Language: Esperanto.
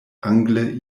angle